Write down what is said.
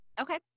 okay